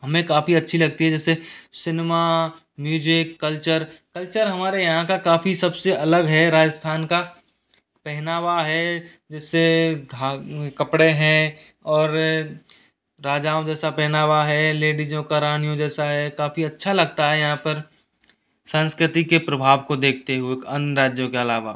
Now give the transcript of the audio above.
हमें काफ़ी अच्छी लगती है जैसे सिनेमा म्यूज़िक कल्चर कल्चर हमारे यहाँ का काफ़ी सबसे अलग है राजस्थान का पहनावा है जिससे धा कपड़े हैं और राजाओं जैसा पहनावा है लेडिजों का रानियों जैसा है काफ़ी अच्छा लगता है यहाँ पर संस्कृति के प्रभाव को देखते हुए अन्य राज्यों के अलावा